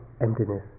emptiness